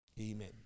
Amen